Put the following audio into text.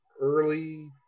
early